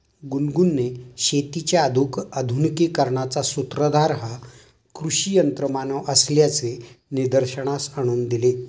गुनगुनने शेतीच्या आधुनिकीकरणाचा सूत्रधार हा कृषी यंत्रमानव असल्याचे निदर्शनास आणून दिले